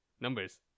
numbers